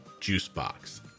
juicebox